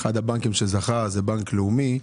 אחד הבנקים שזכו הוא הבנק הלאומי,